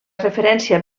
referència